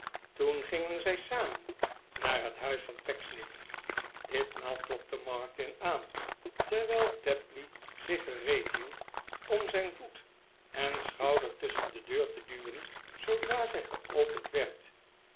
toen gingen zij samen naar het huis van pecksniff ditmaal klopte martin aan terwijl tapley zich gereed hield omzijn voet en schouder tusschen de deur te duwen zoodra zij geopend werd